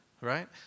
right